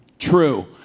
true